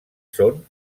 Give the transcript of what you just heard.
són